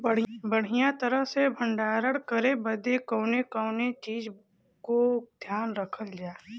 बढ़ियां तरह से भण्डारण करे बदे कवने कवने चीज़ को ध्यान रखल जा?